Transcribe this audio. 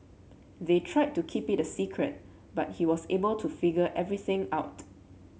they tried to keep it a secret but he was able to figure everything out